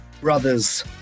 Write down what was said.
Brothers